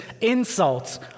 insults